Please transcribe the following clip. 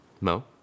Mo